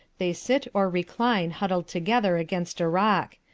they sit or recline huddled together against a rock,